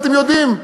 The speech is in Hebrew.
ואתם יודעים,